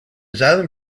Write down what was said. xylem